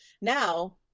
Now